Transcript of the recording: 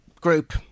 group